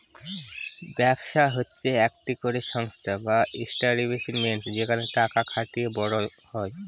ব্যবসা হচ্ছে একটি করে সংস্থা বা এস্টাব্লিশমেন্ট যেখানে টাকা খাটিয়ে বড় হয়